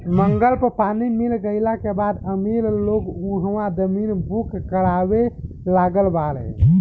मंगल पर पानी मिल गईला के बाद अमीर लोग उहा जमीन बुक करावे लागल बाड़े